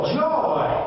joy